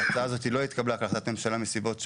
אבל ההצעה לא התקבלה כהחלטת ממשלה, מסיבות שונות.